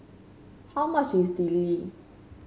how much is Idili